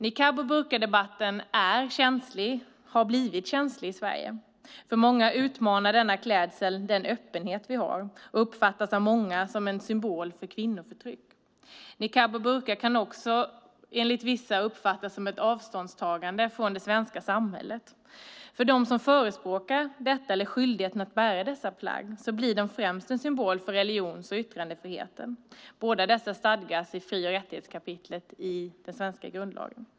Niqab och burkadebatten har blivit känslig i Sverige. För många utmanar denna klädsel den öppenhet vi har, och den uppfattas av många som en symbol för kvinnoförtryck. Niqab och burka kan också enligt vissa uppfattas som ett avståndstagande från det svenska samhället. För dem som förespråkar rätten eller skyldigheten att bära dessa plagg blir de främst en symbol för religions och yttrandefriheten. Båda dessa stadgas i fri och rättighetskapitlet i den svenska grundlagen.